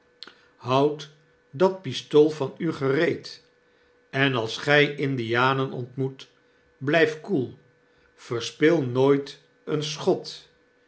houd dat pistool van u gereed en als g indianen ontmoet blijf koel verspil nooit een schot